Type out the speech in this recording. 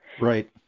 right